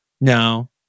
No